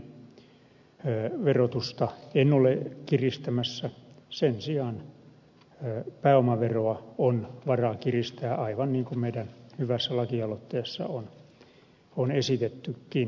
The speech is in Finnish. elinkeinoelämän firmojen verotusta en ole kiristämässä sen sijaan pääomaveroa on varaa kiristää aivan niin kuin meidän hyvässä lakialoitteessamme on esitettykin